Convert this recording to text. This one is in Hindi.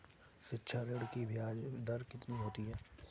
शिक्षा ऋण की ब्याज दर कितनी होती है?